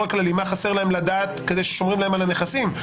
הכללי כדי לדעת ששומרים להם על הנכסים.